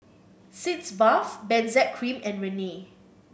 Sitz Bath Benzac Cream and Rene